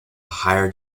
higher